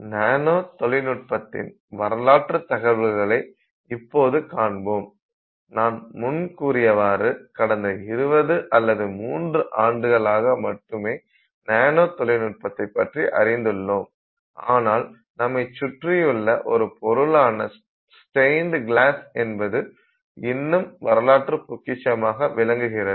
நானோ தொழில்நுட்பத்தின் வரலாற்றுத் தகவல்களை இப்போது காண்போம் நான் முன் கூறியவாறு கடந்த 20 அல்லது 30 ஆண்டுகளாக மட்டுமே நானோ தொழில்நுட்பத்தைப் பற்றி அறிந்துள்ளோம் ஆனால் நம்மை சுற்றிவுள்ள ஒரு பொருளான ஸ்டேயிண்ட் கிளாஸ் என்பது இன்னும் வரலாற்று பொக்கிஷமாக விளங்குகிறது